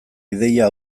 ideia